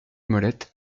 molettes